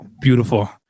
Beautiful